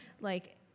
Like-